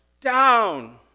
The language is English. down